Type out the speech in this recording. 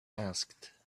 asked